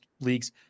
leagues